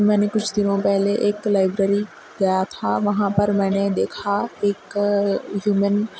میں نے کچھ دنوں پہلے ایک لائبریری گیا تھا وہاں پر میں نے دیکھا ایک ہیومن